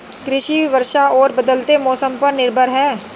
कृषि वर्षा और बदलते मौसम पर निर्भर है